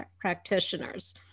Practitioners